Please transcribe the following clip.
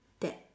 that